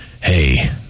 hey